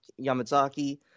Yamazaki